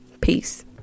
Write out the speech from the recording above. Peace